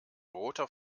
roter